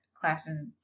classes